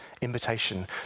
invitation